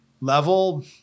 level